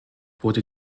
wurde